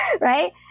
Right